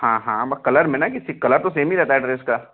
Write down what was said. हाँ हाँ बा कलर में न कि कलर तो सेम ही रहता है ड्रेस का